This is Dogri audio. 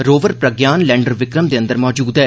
रोवर प्रज्ञान लैंडर विक्रम दे अंदर मौजूद ऐ